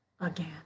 again